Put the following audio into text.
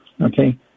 Okay